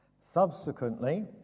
Subsequently